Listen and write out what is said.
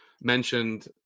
mentioned